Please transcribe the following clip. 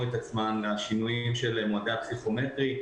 את עצמן לשינויים של מועדי הפסיכומטרי,